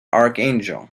archangel